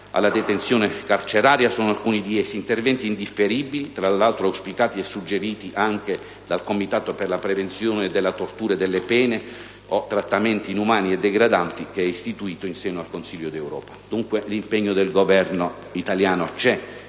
alla detenzione carceraria sono alcuni di essi: interventi indifferibili, tra l'altro auspicati e suggeriti anche dal Comitato per la prevenzione della tortura e delle pene o trattamenti inumani o degradanti, costituito in seno al Consiglio d'Europa. Dunque, l'impegno del Governo italiano c'è.